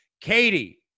Katie